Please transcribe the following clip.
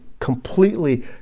Completely